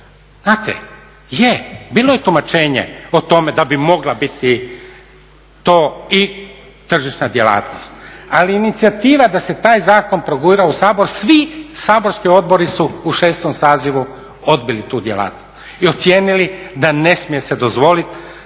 Znate, je bilo je tumačenje da bi mogla biti to i tržišna djelatnost, ali inicijativa da se taj zakon progura u Sabor svi saborski odbori su u 6.sazivu odbili tu djelatnost i ocijenili da se ne smije dozvoliti